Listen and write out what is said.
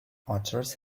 otters